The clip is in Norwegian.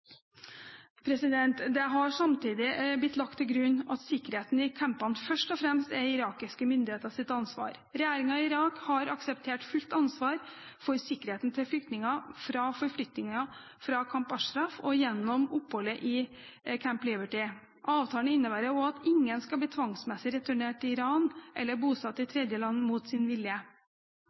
Det har samtidig blitt lagt til grunn at sikkerheten i campene først og fremst er irakiske myndigheters ansvar. Regjeringen i Irak har akseptert fullt ansvar for sikkerheten til flyktningene fra forflyttingen fra Camp Ashraf og gjennom oppholdet i Camp Liberty. Avtalen innebærer også at ingen skal bli tvangsmessig returnert til Iran eller bosatt i tredjeland mot sin vilje.